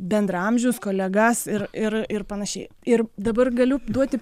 bendraamžius kolegas ir ir ir panašiai ir dabar galiu duoti